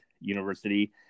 University